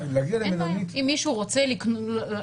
להגיע למלונית --- אם מישהו מעוניין